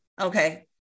okay